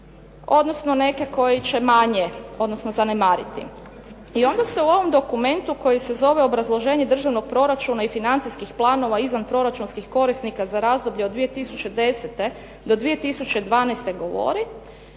odnosno neke koje će manje odnosno zanemariti. I onda se u ovom dokumentu koji se zove obrazloženje državnog proračuna i financijski planova izvanproračunskih korisnika za razdoblje od 2010. do 2012. govori